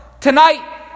Tonight